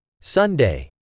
Sunday